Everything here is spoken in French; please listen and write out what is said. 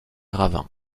ravin